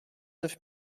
neuf